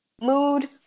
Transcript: mood